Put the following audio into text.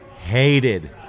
hated